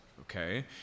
Okay